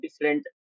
different